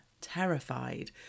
terrified